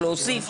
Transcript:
חלק להוסיף.